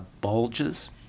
bulges